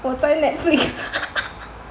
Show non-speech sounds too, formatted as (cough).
我在 Netflix (laughs)